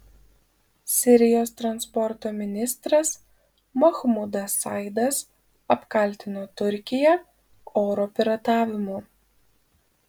sirijos transporto ministras mahmudas saidas apkaltino turkiją oro piratavimu